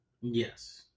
yes